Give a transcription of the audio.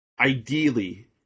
Ideally